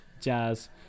Jazz